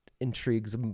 intrigues